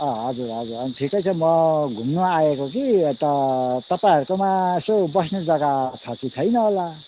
अँ हजुर हजुर हजुर ठिकै छ म घुम्नु आएको कि यता तपाईँहरूकोमा यसो बस्ने जग्गा छ कि छैन होला